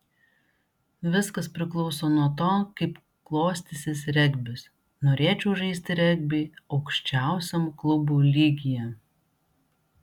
viskas priklauso nuo to kaip klostysis regbis norėčiau žaisti regbį aukščiausiam klubų lygyje